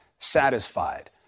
satisfied